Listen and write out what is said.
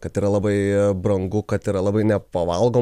kad yra labai brangu kad yra labai nepavalgoma